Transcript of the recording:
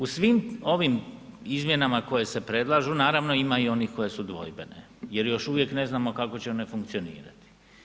U svim ovim izmjenama koje se predlažu naravno ima i onih koje su dvojbene jer još uvijek ne znamo kako će one funkcionirati.